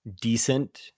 decent